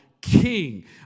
king